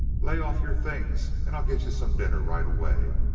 lay off yer things an' i'll git yuh some dinner right away.